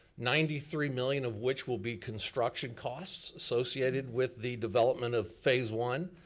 ninety three million of which will be construction costs associated with the development of phase one.